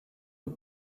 und